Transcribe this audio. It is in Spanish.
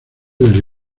del